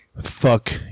Fuck